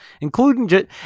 including